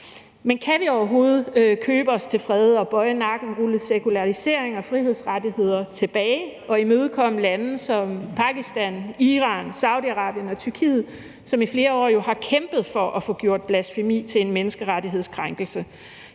Kan vi overhovedet købe os til fred ved at bøje nakken, rulle sekularisering og frihedsrettigheder tilbage og imødekomme lande som Pakistan, Iran, Saudi-Arabien og Tyrkiet, som i flere år jo har kæmpet for at få gjort blasfemi til en menneskerettighedskrænkelse,